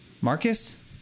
Marcus